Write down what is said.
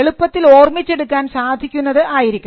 എളുപ്പത്തിൽ ഓർമിച്ചെടുക്കാൻ സാധിക്കുന്നത് ആയിരിക്കണം